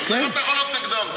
אז איך אתה יכול להיות נגדם?